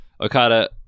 Okada